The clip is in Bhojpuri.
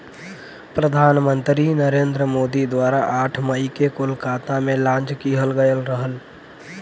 प्रधान मंत्री नरेंद्र मोदी द्वारा आठ मई के कोलकाता में लॉन्च किहल गयल रहल